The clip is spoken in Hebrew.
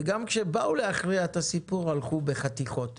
וגם כשבאו להכריע את הסיפור - הלכו בחתיכות,